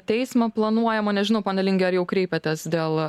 teismą planuojamo nežinau pone linge ar jau kreipėtės dėl